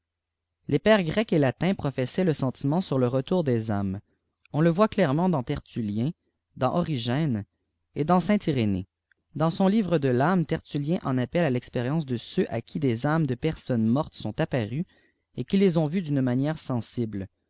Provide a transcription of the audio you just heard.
les pères grecs et latins professaient le sentiment sur le retour des âmes on le voit clairement dans tertuuien dans origène et dms saint irénée dans son livre de l'âme tertullien en appelle à l'expérientee de ceux â qui des âmes de personnes mortes sont apparues et qui ibs ont vues d'une manière sensible